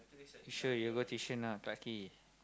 you sure you'll go tuition or Clarke-Quay